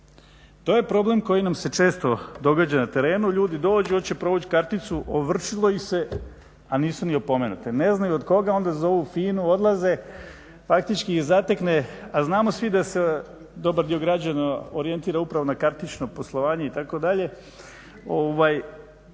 To je problem koji nam se često događa na terenu, ljudi dođu, hoće provući karticu, ovršilo ih se a nisu ni opomenuti. Ne znaju od koga i onda zovu FINA-u, odlaze i praktički ih zatekne a znamo svi da se dobar dio građana orijentira upravo na kartično poslovanje itd.